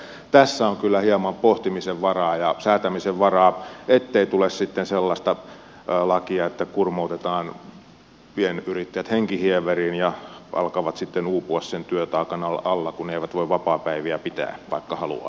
tässä on kyllä hieman pohtimisen varaa ja säätämisen varaa ettei tule sitten sellaista lakia että kurmootetaan pienyrittäjät henkihieveriin ja he alkavat sitten uupua sen työtaakan alla kun eivät voi vapaapäiviä pitää vaikka haluaisivat